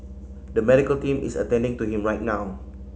the medical team is attending to him right now